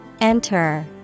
Enter